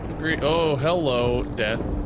oh, hello death.